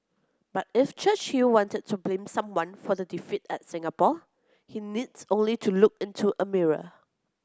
but if Churchill wanted to blame someone for the defeat at Singapore he needs only to look into a mirror